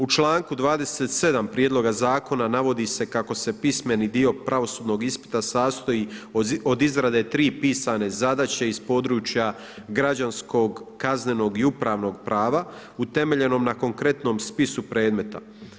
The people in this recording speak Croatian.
U članku 27. prijedloga zakona, navodi se kako se pismeni dio pravosudnog ispita sastoji od izrade tri pisane zadaće iz područja građanskog, kaznenog i upravnog prava utemeljenog na konkretnom spisu predmeta.